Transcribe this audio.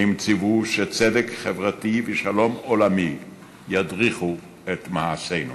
הם ציוו שצדק חברתי ושלום עולמי ידריכו את מעשינו.